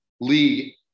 league